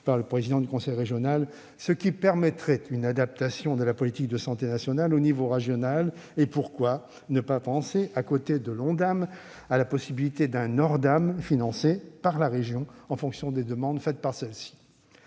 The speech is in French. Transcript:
par le président du conseil régional, ce qui permettrait une adaptation de la politique de santé nationale au niveau régional ? Et pourquoi ne pas penser, à côté de l'Ondam, à la possibilité d'un « Ordam », financé par la région en fonction de ses propres